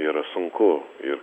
yra sunku ir